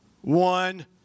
one